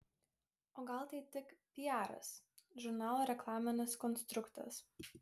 o gal tai tik piaras žurnalo reklaminis konstruktas